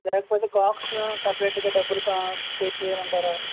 లేకపోతే కాక్స్ మేము సపరేట్గా డబ్బులు పే చేయాలి అంటారా